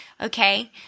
okay